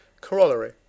Corollary